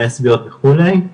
לסביות וכולי,